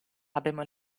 abbiamo